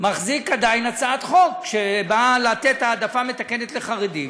מחזיק עדיין הצעת חוק שנועדה לתת העדפה מתקנת לחרדים,